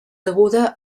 deguda